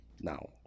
now